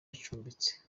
acumbitse